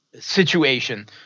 situation